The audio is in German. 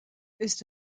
ist